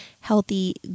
healthy